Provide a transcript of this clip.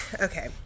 okay